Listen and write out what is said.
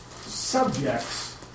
subjects